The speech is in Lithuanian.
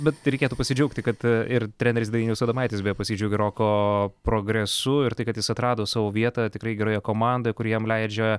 bet reikėtų pasidžiaugti kad ir treneris dainius adomaitis beje pasidžiaugė roko progresu ir tai kad jis atrado savo vietą tikrai geroje komandoje kuri jam leidžia